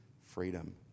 freedom